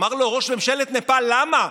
אמר לו ראש ממשלת נפאל: למה?